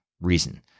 reason